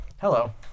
Hello